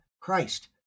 Christ